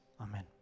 Amen